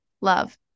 love